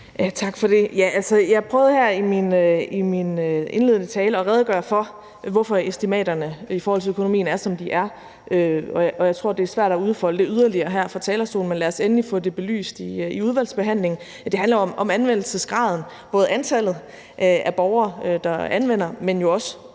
Tak for det. Jeg prøvede her i min indledende tale at redegøre for, hvorfor estimaterne for økonomien er, som de er. Og jeg tror, det er svært at udfolde det yderligere her fra talerstolen, men lad os endelig få det belyst i udvalgsbehandlingen. Det handler om anvendelsesgraden, altså både antallet af borgere, der anvender det, men jo også,